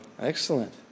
Excellent